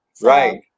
right